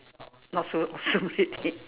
not so awesome already